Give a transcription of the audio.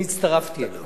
אני הצטרפתי אליו.